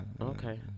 Okay